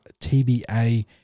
TBA